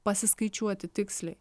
pasiskaičiuoti tiksliai